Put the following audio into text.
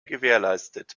gewährleistet